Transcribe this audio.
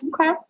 Okay